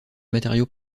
matériaux